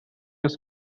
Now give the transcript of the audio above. his